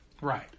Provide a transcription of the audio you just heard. Right